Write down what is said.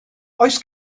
oes